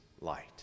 light